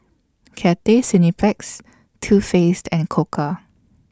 Cathay Cineplex Too Faced and Koka